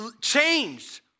changed